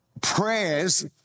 prayers